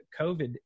COVID